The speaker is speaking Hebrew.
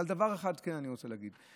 אבל דבר אחד כן אני רוצה להגיד,